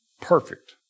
Perfect